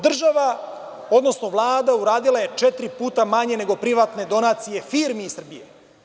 Država, odnosno Vlada uradila je četiri puta manje nego privatne donacije firmi iz Srbije.